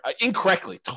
incorrectly